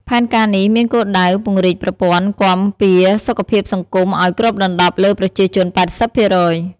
ផែនការនេះមានគោលដៅពង្រីកប្រព័ន្ធគាំពារសុខភាពសង្គមឱ្យគ្របដណ្ដប់លើប្រជាជន៨០%។